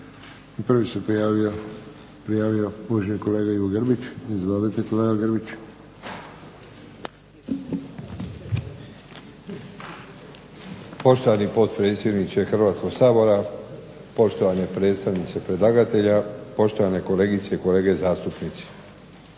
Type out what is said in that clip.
Prvi se prijavio uvaženi kolega Ivo Grbić. Izvolite kolega Grbić. **Grbić, Ivo (HDZ)** Poštovani potpredsjedniče Hrvatskog sabora, poštovani predstavnici predlagatelja, poštovane kolegice i kolege zastupnici.